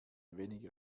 wenig